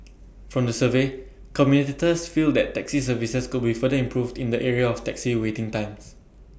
from the survey commuters feel that taxi services could be further improved in the area of taxi waiting times